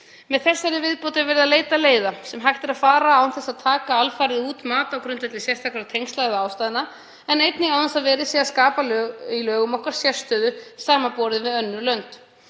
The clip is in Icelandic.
Með þessari viðbót er verið að leita leiða sem hægt er að fara án þess að taka alfarið út mat á grundvelli sérstakra tengsla eða ástæðna en einnig án þess að verið sé að skapa í lögum okkar sérstöðu samanborið við önnur lönd.